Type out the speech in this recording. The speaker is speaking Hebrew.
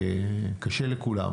קשה לכולם.